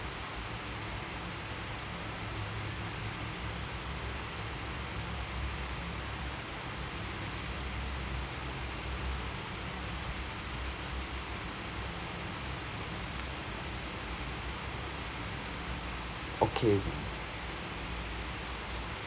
okay